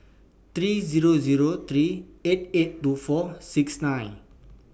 three Zero Zero three eight eight two four six nine